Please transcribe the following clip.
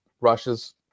Russia's